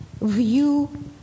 view